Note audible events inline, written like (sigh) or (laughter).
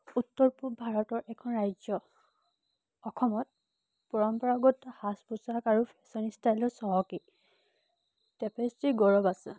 উত্তৰ পূব ভাৰতৰ এখন ৰাজ্য অসমত পৰম্পৰাগত সাজ পোছাক আৰু ফেশ্বন ষ্টাইলত চহকী (unintelligible) গৌৰৱ আছে